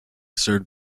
served